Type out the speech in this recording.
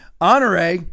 honore